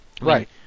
Right